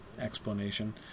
explanation